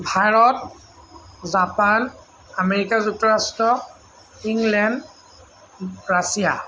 Bharat Japan America যুক্তৰাষ্ট্ৰ England Russia